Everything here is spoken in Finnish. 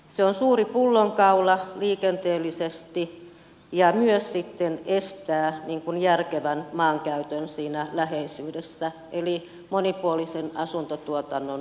se on suuri pullonkaula liikenteellisesti ja myös sitten estää järkevän maankäytön siinä läheisyydessä eli monipuolisen asuntotuotannon rakentamisen